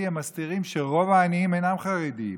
הם מסתירים שרוב העניים אינם חרדים,